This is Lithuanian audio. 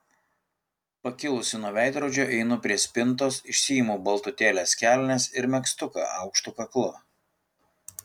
pakilusi nuo veidrodžio einu prie spintos išsiimu baltutėles kelnes ir megztuką aukštu kaklu